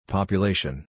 Population